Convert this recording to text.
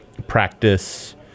Practice